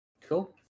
Cool